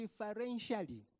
differentially